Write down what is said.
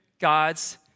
God's